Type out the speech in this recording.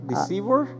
Deceiver